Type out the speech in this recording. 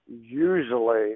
usually